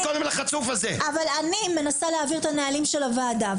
אבל אני מנסה להבהיר את הנהלים של הוועדה,